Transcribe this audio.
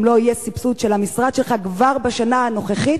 אם לא יהיה סבסוד של המשרד שלך, כבר בשנה הנוכחית,